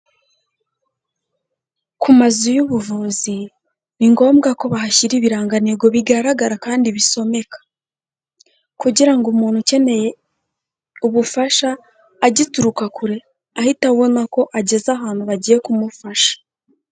Ku mazu y'ubuvuzi ni ngombwa ko bahashyira ibirangantego bigaragara kandi bisomeka kugira ngo umuntu ukeneye ubufasha agituruka kure ahite abona ko ageze ahantu bagiye kumufasha.